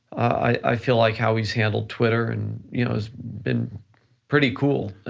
i feel like how he's handled twitter and you know it's been pretty cool. and